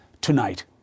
tonight